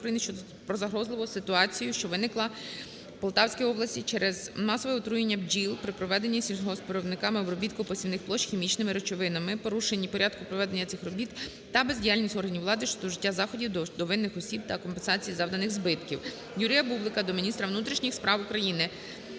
про загрозливу ситуацію, що виникла в Полтавській області через масове отруєння бджіл при проведенні сільгоспвиробниками обробітку посівних площ хімічними речовинами, порушенні порядку проведення цих робіт та бездіяльність органів влади щодо вжиття заходів до винних осіб та компенсації завданих збитків. Юрія Бублика до міністра внутрішніх справ України,